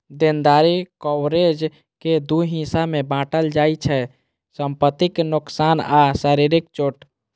देनदारी कवरेज कें दू हिस्सा मे बांटल जाइ छै, संपत्तिक नोकसान आ शारीरिक चोट